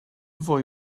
fwy